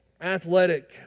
athletic